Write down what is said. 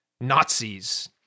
Nazis